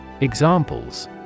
Examples